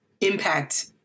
impact